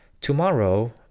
tomorrow